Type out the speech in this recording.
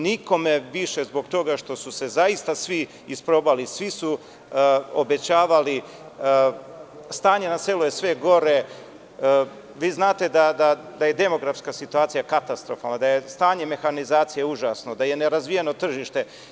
Nikome više zbog toga što su se zaista svi isprobali, svi su obećavali a stanje na selu je sve gore, znate da je demografska situacija katastrofalna, da je stanje mehanizacije užasno, da je nerazvijeno tržište.